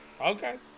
Okay